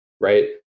Right